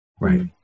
Right